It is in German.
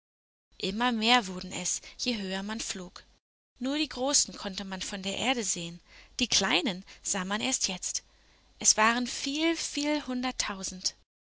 immer mehr wurden es je höher man flog nur die großen konnte man von der erde sehen die kleinen sah man erst jetzt es waren viel viel hunderttausend